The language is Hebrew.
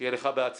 שיהיה לך בהצלחה.